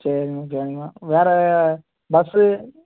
சரி மேம் சரி மேம் வேறு பஸ்ஸு